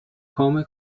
come